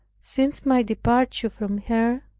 since my departure from her,